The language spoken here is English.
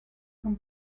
from